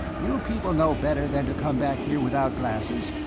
you people know better than to come back here without glasses.